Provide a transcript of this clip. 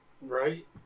right